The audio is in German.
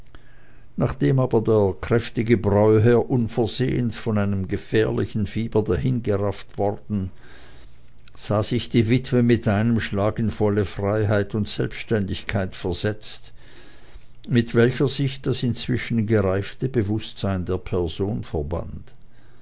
nachdem aber der kräftige bräuherr unversehens von einem gefährlichen fieber dahingerafft worden sah sich die witwe mit einem schlage in volle freiheit und selbständigkeit versetzt mit welcher sich das inzwischen gereifte bewußtsein der person verband